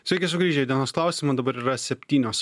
sveiki sugrįžę į dienos klausimą dabar yra septynios